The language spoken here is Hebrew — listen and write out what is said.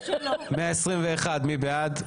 129, מי בעד?